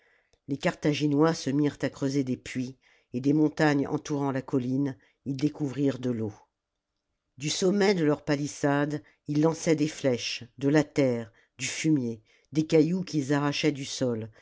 les carthaginois se mirent à creuser des puits et des montagnes entourant la colline ils découvrirent de l'eau du sommet de leurs palissades ils lançaient des flèches de la terre du fumier des cailloux qu'ils arrachaient du sol